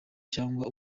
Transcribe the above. cyangwa